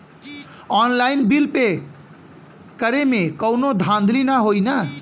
Online bill pay करे में कौनो धांधली ना होई ना?